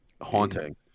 Haunting